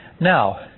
Now